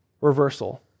reversal